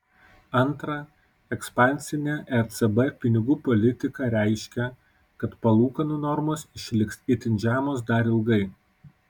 antra ekspansinė ecb pinigų politika reiškia kad palūkanų normos išliks itin žemos dar ilgai